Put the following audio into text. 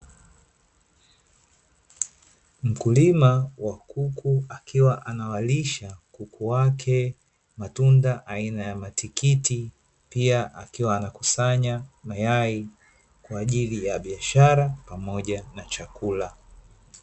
Mkulima wa kuku akiwa anawalisha kuku wake matunda aina ya matikiti, pia akiwa anakusanya mayai kwa ajili ya biashara pamoja na chakula.